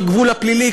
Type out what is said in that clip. על גבול הפלילי,